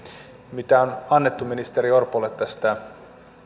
mitä on annettu ministeri orpolle